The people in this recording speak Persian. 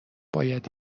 باید